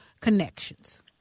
connections